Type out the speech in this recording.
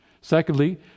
Secondly